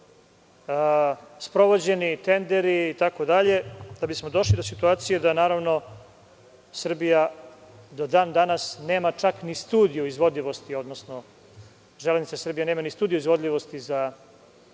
sprovođeni tenderi itd, da bismo došli u situaciju da Srbija do dan danas nema čak ni studiju o izvodljivosti, odnosno „Železnica Srbije“ nema studiju izvodljivosti za